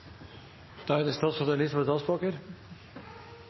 Da er det